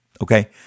Okay